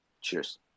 cheers